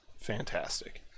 Fantastic